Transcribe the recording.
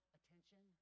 attention